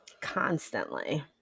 constantly